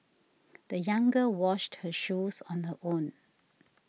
the young girl washed her shoes on her own